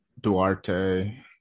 Duarte